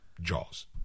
Jaws